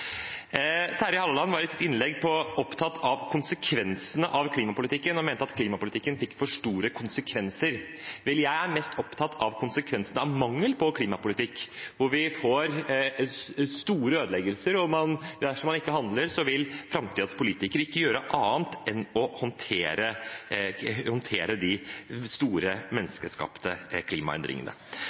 Terje Halleland var i sitt innlegg opptatt av konsekvensene av klimapolititikken og mente klimapolitikken fikk for store konsekvenser. Jeg er mest opptatt av konsekvensene av mangel på klimapolitikk: Vi får store ødeleggelser, og dersom man ikke handler, vil framtidens politikere ikke gjøre annet enn å håndtere de store menneskeskapte klimaendringene.